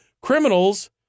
criminals